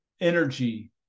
Energy